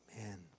Amen